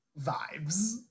vibes